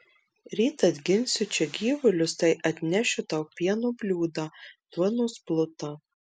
ryt atginsiu čia gyvulius tai atnešiu tau pieno bliūdą duonos plutą